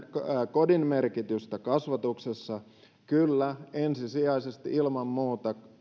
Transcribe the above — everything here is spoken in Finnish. kodin merkitystä kasvatuksessa kyllä ensisijaisesti ilman muuta